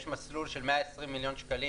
יש 700 מיליון שקלים